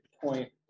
point